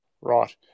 Right